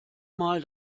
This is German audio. mal